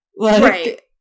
right